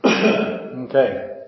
Okay